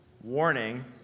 warning